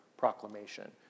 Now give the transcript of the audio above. proclamation